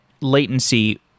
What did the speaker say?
latency